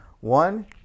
one